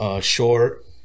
Short